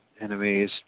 enemies